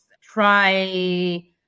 try